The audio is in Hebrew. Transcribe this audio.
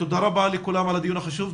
תודה רבה לכולם על הדיון החשוב.